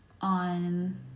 on